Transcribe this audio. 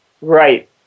Right